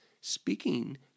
speaking